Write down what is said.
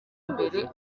mbere